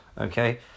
okay